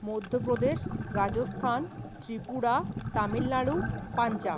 Madhya Pradesh Rajasthan Tripura Tamil Nadu Punjab